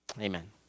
Amen